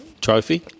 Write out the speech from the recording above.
Trophy